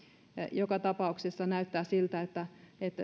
joka tapauksessa näyttää siltä että